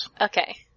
Okay